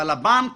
אבל הבנק